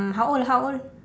uh how old how old